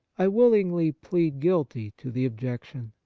i willingly plead guilty to the objection.